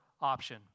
option